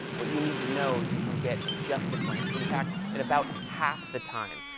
what you need to know you can get in just a glance. in fact, in about half the time.